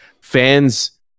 fans